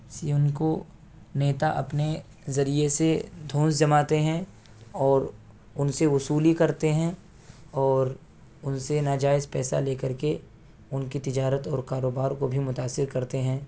اس لیے ان کو نیتا اپنے ذریعے سے دھونس جماتے ہیں اور ان سے وصولی کرتے ہیں اور ان سے ناجائز پیسہ لے کر کے ان کی تجارت اور کاروبار كو بھی متاثر کرتے ہیں